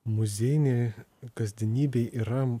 muziejinėj kasdienybėj yra